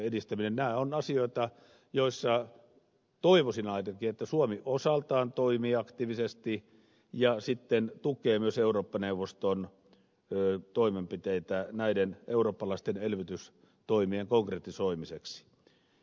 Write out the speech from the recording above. nämä ovat asioita joissa toivoisin ainakin että suomi osaltaan toimii aktiivisesti ja sitten tukee myös eurooppa neuvoston toimenpiteitä näiden eurooppalaisten elvytystoimien konkretisoimiseksi